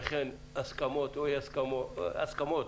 וכן הסכמות